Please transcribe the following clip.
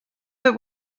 but